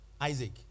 Isaac